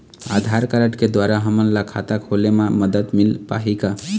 आधार card के द्वारा हमन ला खाता खोले म मदद मिल पाही का?